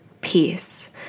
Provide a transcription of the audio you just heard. peace